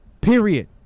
Period